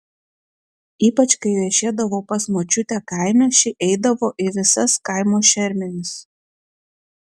ypač kai viešėdavau pas močiutę kaime ši eidavo į visas kaimo šermenis